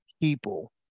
people